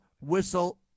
whistle